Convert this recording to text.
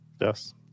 Yes